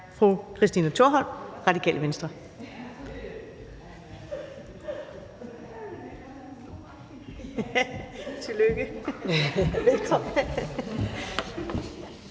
fru Christina Thorholm, Radikale Venstre.